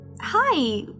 hi